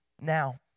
now